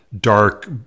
dark